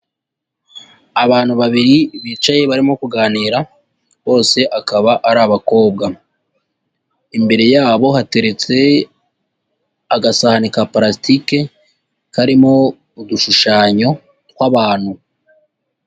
Abantu babiri bicaye, barimo kuganira, bose akaba ari abakobwa, imbere yabo hateretse agasahani ka parasitike, karimo udushushanyo tw'abantu.